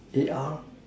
they are